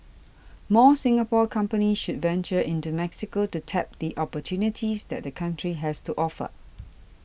more Singapore companies should venture into Mexico to tap the opportunities that the country has to offer